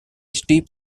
steep